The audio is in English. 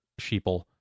sheeple